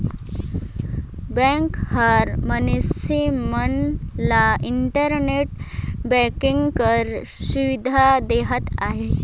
bank हर मइनसे मन ल इंटरनेट बैंकिंग कर सुबिधा देहत अहे